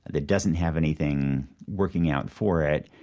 that doesn't have anything working out for it.